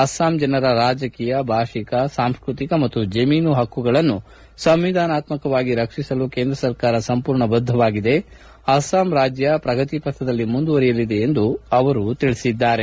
ಅಸ್ಲಾಂ ಜನರ ರಾಜಕೀಯ ಭಾಷಿಕ ಸಾಂಸ್ಟರಿಕ ಮತ್ತು ಜಮೀನು ಪಕ್ಕುಗಳನ್ನು ಸಂವಿಧಾನಾತ್ತಕವಾಗಿ ರಕ್ಷಿಸಲು ಕೇಂದ್ರ ಸರ್ಕಾರ ಸಂಪೂರ್ಣ ಬದ್ಧವಾಗಿದೆ ಅಸ್ಲಾಂ ರಾಜ್ಯ ಪ್ರಗತಿಪಥದಲ್ಲಿ ಮುಂದುವರಿಯಲಿದೆ ಎಂದೂ ಸಪ ಅವರು ಪೇಳಿದ್ದಾರೆ